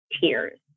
tears